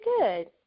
good